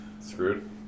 screwed